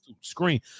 screen